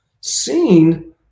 Seen